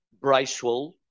Bracewell